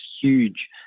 huge